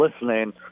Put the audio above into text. listening